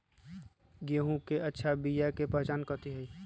गेंहू के अच्छा बिया के पहचान कथि हई?